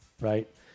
right